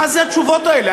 מה זה התשובות האלה?